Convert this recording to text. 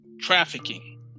trafficking